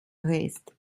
rest